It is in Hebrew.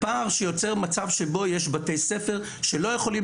פער שיוצר מצב שבו יש בתי ספר שלא יכולים